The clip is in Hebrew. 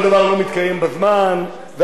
ועם ישראל סובל.